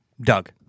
Doug